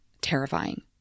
terrifying